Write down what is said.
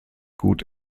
gut